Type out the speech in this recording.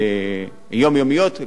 גם בנושא הכשרה,